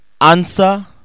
Answer